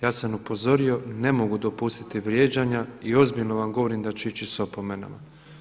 Ja sam upozorio ne mogu dopustiti vrijeđanja i ozbiljno vam govorim da ću ići sa opomenama.